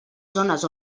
zones